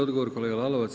Odgovor kolega Lalovac.